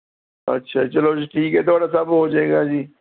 ਅੱਛਾ ਜੀ ਚਲੋ ਜੀ ਠੀਕ ਹੈ ਤੁਹਾਡਾ ਸਭ ਹੋ ਜੇਗਾ ਜੀ